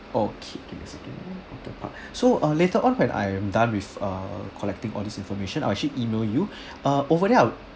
okay give me a second ah waterpark so uh later on when I am done with err collecting all this information I will actually email you uh over there